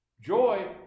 Joy